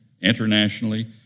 internationally